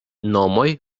nomoj